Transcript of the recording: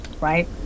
right